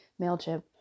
Mailchimp